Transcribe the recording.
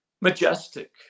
majestic